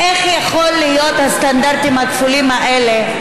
איך יכולים להיות הסטנדרטים הכפולים האלה,